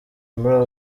muri